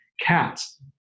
cats